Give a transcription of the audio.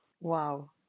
Wow